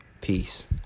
Peace